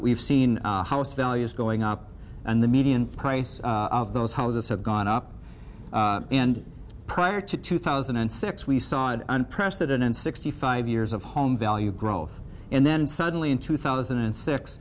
we've seen house values going up and the median price of those houses have gone up and prior to two thousand and six we saw an unprecedented sixty five years of home value growth and then suddenly in two thousand and six